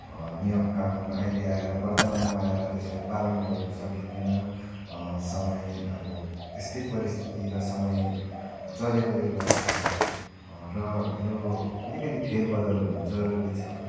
नियम कानुन अहिले आएर वर्तमानमा आएर त्यसलाई पालन गर्नु सकिँदैन समय अब त्यस्तै परिस्थिति र समय चलेकोले गर्दाखेरि र यो अलिकति फेरबदल हुनु जरुरी छ